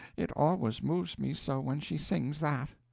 it always moves me so when she sings that.